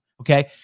Okay